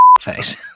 face